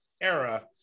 era